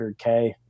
$100K